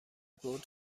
برد